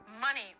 Money